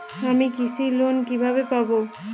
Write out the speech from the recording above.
আমি কৃষি লোন কিভাবে পাবো?